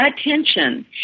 attention